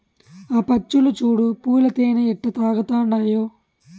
ఆ పచ్చులు చూడు పూల తేనె ఎట్టా తాగతండాయో